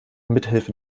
mithilfe